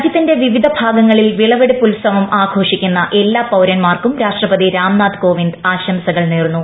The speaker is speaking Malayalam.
രാജ്യത്തിന്റെ വിവിധ് ഭാഗങ്ങളിൽ വിളവെടുപ്പ് ഉത്സവം ആദ്യ്യോഷിക്കുന്ന് എല്ലാ പൌരന്മാർക്കും രാഷ്ട്രപതി രാംനാഥ് കോപ്പിന് ആശംസകൾ നേർന്നു